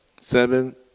seven